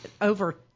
over